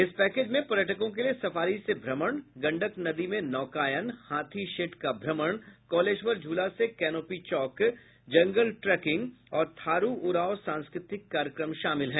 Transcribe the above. इस पैकेज में पर्यटकों के लिए सफारी से भ्रमण गंडक नदी में नौकायन हाथी शेड का भ्रमण कौलेश्वर झूला से कैनोपी चौक का भ्रमण जंगल ट्रेकिंग और थारू उरॉव सांस्कृतिक कार्यक्रम शामिल है